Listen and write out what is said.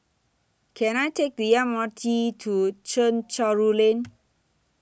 Can I Take The M R T to Chencharu Lane